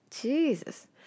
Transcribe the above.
Jesus